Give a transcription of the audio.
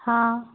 हाँ